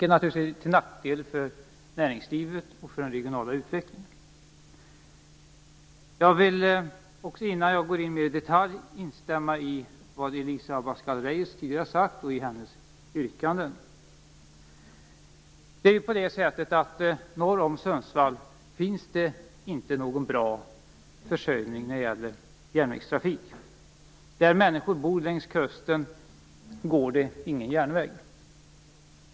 Det är naturligtvis till nackdel för näringslivet och den regionala utvecklingen. Jag vill instämma i vad Elisa Abascal Reyes tidigare har sagt, och i hennes yrkanden. Norr om Sundsvall finns ingen bra försörjning när det gäller järnvägstrafik. Där människor bor, längs kusten, går det ingen järnväg.